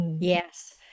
Yes